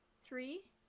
Three